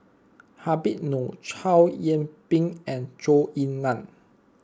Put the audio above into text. Habib Noh Chow Yian Ping and Zhou Ying Nan